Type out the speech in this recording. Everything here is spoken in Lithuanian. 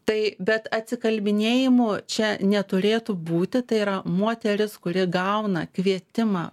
tai bet atsikalbinėjimų čia neturėtų būti tai yra moteris kuri gauna kvietimą